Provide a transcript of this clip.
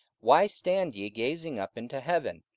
why stand ye gazing up into heaven?